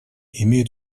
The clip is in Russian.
имеют